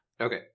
okay